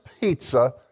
pizza